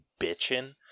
bitching